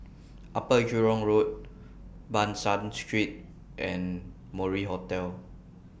Upper Jurong Road Ban San Street and Mori Hotel